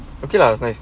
okay lah it's nice